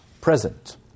present